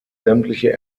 sämtliche